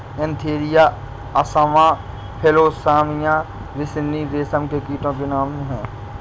Antheraea assama Philosamia ricini रेशम के कीटो के नाम हैं